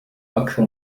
أكثر